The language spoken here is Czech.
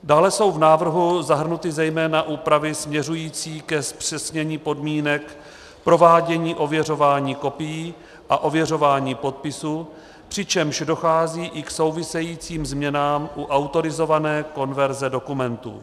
Dále jsou v návrhu zahrnuty zejména úpravy směřující ke zpřesnění podmínek provádění ověřování kopií a ověřování podpisů, přičemž dochází i k souvisejícím změnám u autorizované konverze dokumentů.